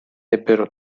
ebbero